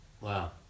Wow